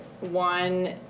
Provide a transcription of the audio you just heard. one